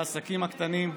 בעסקים הקטנים.